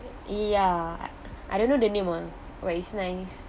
ya I don't know the name mah but it's nice